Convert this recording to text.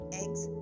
eggs